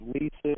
leases